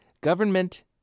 Government